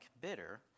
bitter